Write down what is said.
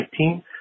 2019